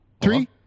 three